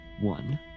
one